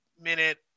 minute